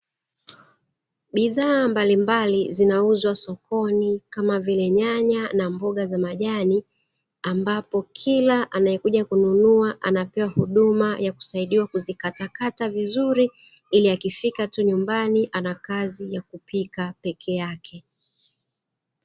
Bidhaa mbalimbali zinauzwa sokoni kama vile nyanya na mboga za majani, ambapo kila anayekuja kununua anapewa huduma ya kusaidiwa kuzikatakata vizuri, ili akifika tu nyumbani ana kazi ya kupika peke yake.